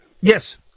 Yes